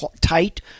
tight